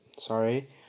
sorry